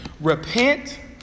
Repent